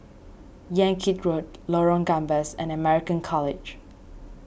Yan Kit Road Lorong Gambas and American College